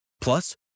Plus